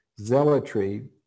zealotry